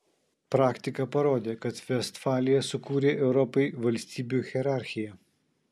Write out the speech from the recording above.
praktika parodė kad vestfalija sukūrė europai valstybių hierarchiją